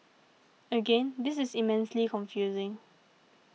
again this is immensely confusing